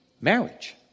marriage